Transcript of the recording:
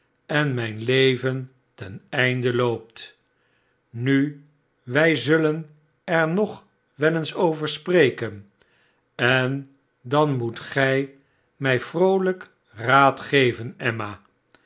en mijn leven ten einde loopt nu wij zullen er nog wel eens over spreken en dan moet gij mij vroohjk raad geven emma